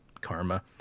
karma